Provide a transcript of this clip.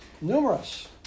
numerous